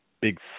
big